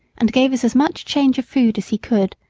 and gave us as much change of food as he could,